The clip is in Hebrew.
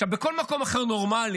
עכשיו, בכל מקום אחר נורמלי,